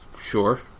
Sure